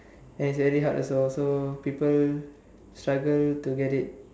and it's very hard also so people struggle to get it